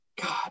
god